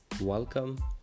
welcome